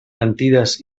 mentides